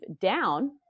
down